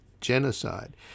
genocide